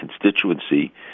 constituency